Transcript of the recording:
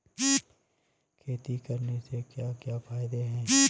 खेती करने से क्या क्या फायदे हैं?